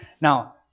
Now